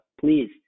Please